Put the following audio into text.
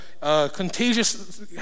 contagious